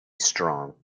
strong